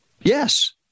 Yes